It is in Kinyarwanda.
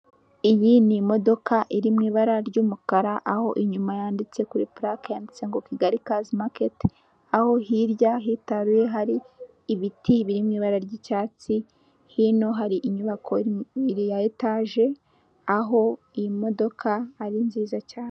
Iyi ni imodoka iri mu ibara ry'umukara, aho inyuma yanditse kuri purake yanditse ngo Kigali kazi maketi, aho hirya hitaruye hari ibiti biri mu ibara ry'icyatsi, hino hari inyubako ya etaje, aho iyi modoka ari nziza cyane.